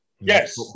Yes